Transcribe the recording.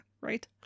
right